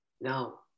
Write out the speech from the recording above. Now